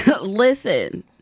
listen